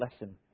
lesson